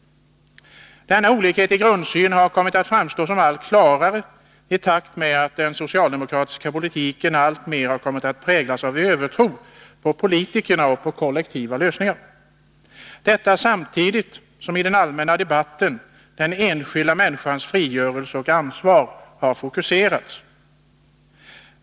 Denna olikhet i grundsyn har kommit att framstå som allt klarare i takt med att den socialdemokratiska politiken alltmera har kommit att präglas av övertro på politikerna och på kollektiva lösningar — detta samtidigt som i den allmänna debatten den enskilda människans frigörelse och ansvar har fokuserats.